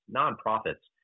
nonprofits